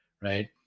Right